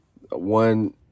one